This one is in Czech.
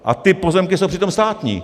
A ty pozemky jsou přitom státní.